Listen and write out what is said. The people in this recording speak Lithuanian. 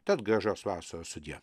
tad gražios vasaros sudie